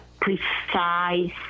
precise